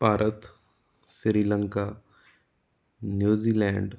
Bharat Sri Lanka New Zealand